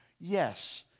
yes